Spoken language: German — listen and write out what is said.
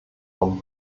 von